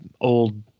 old